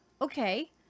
Okay